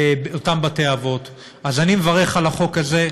אני מברך על החוק הזה,